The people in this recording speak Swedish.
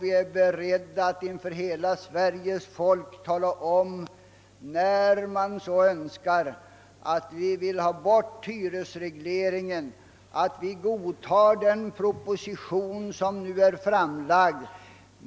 Vi är beredda att inför hela Sveriges folk tala om att vi vill ta bort hyresregleringen och att vi godtar den proposition som nu framlagts.